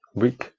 week